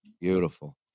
Beautiful